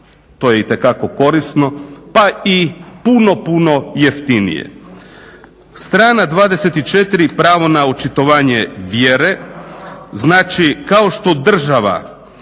to je itekako korisno pa i puno, puno jeftinije. Strana 24.pravo na očitovanje vjere znači kao što država